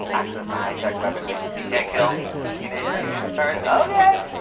access to high-tech weaponry. you can't kill a teenager in a unitard? okay.